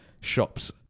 shops